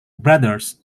brothers